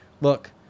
look